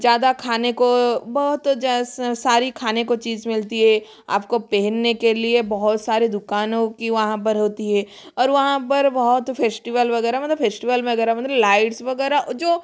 ज़्यादा खाने को बहुत जैसे सारी खाने को चीज मिलती है आपको पहनने के लिए बहुत सारे दुकानों की वहाँ पर होती है और वहाँ पर बहुत फेश्टिवेल वगैरह मतलब फेश्टिवेल वगैरह मतलब लाइट्स वगैरह जो